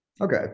Okay